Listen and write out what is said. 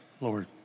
Lord